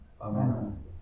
Amen